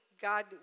God